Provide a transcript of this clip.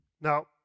Now